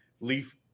leaf